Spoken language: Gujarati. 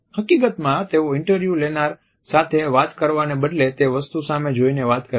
હકીકતમાં તેઓ ઇન્ટરવ્યૂ લેનાર સાથે વાત કરવાને બદલે તે વસ્તુ સામે જોઈને વાત કરે છે